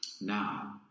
now